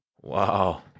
Wow